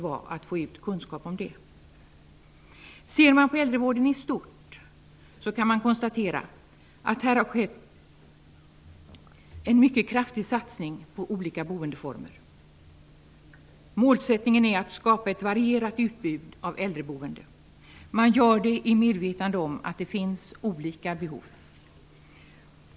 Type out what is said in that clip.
Vad gäller äldrevården i stort kan man konstatera att det har skett en mycket kraftig satsning på olika boendeformer. Målet är att skapa ett varierat utbud av äldreboende, och denna satsning sker i medvetande om att det finns olika behov.